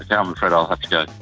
and um afraid i'll have to go.